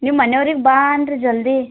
ನಿಮ್ಮ ಮನೆಯವ್ರಿಗೆ ಬಾ ಅನ್ರಿ ಜಲ್ದಿ